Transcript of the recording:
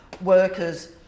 workers